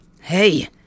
Hey